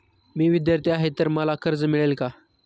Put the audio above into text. मी विद्यार्थी आहे तर मला कर्ज मिळेल का?